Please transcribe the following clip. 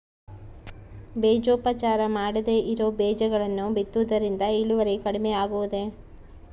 ಬೇಜೋಪಚಾರ ಮಾಡದೇ ಇರೋ ಬೇಜಗಳನ್ನು ಬಿತ್ತುವುದರಿಂದ ಇಳುವರಿ ಕಡಿಮೆ ಆಗುವುದೇ?